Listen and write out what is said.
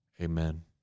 Amen